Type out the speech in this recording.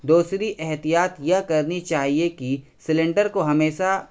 دوسری احتیاط یہ کرنی چاہیے کہ سلینڈر کو ہمیشہ